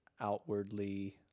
outwardly